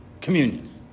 communion